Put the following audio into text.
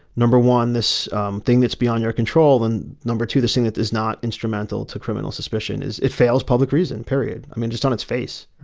number one, this um thing that's beyond your control. and number two, the thing that is not instrumental to criminal suspicion is it fails. public reason, period i mean, just on its face,